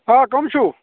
آ کَم چھُو